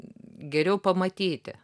geriau pamatyti